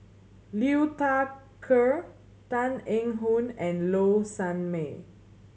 Liu Thai Ker Tan Eng Yoon and Low Sanmay